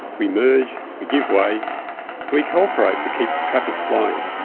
we merge, we give way and we co-operate to keep traffic flowing.